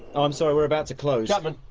i'm sorry we're about to close, chapman,